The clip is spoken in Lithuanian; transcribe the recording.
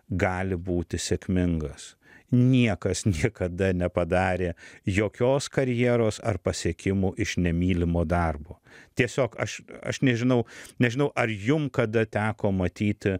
gali būti sėkmingas niekas niekada nepadarė jokios karjeros ar pasiekimų iš nemylimo darbo tiesiog aš aš nežinau nežinau ar jum kada teko matyti